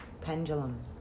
Pendulum